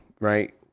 right